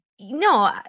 No